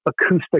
acoustic